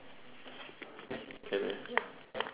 can ah